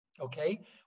Okay